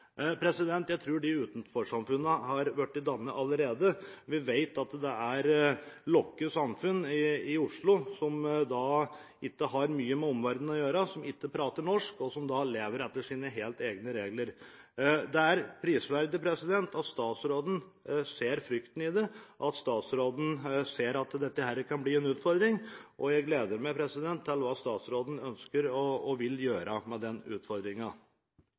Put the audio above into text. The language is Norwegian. som ikke har mye med omverdenen å gjøre, der en ikke prater norsk, og der en lever etter helt egne regler. Det er prisverdig at statsråden ser at en kan frykte det, at statsråden ser at dette kan bli en utfordring, og jeg gleder meg til å se hva statsråden ønsker å gjøre med den